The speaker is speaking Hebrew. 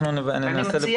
אנחנו נפנה